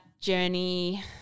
journey